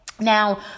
Now